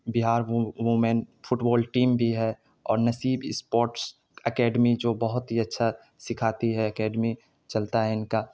بہار women football team بھی ہے اور نصیب اسپورٹس اکیڈمی جو بہت ہی اچھا سکھاتی ہے اکیڈمی چلتا ہے ان کا